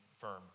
firm